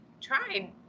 tried